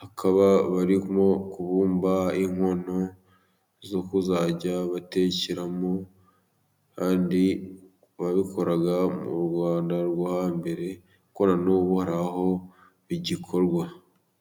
hakaba barimo kubumba inkono zo kuzajya ba batekeramo, kandi babikoraga mu Rwanda rwo ha mbere, ariko nanubu bigikorwa.